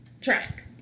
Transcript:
track